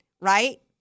right